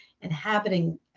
inhabiting